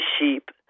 sheep